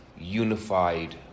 unified